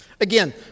Again